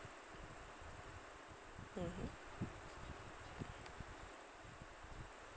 mmhmm